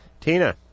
Tina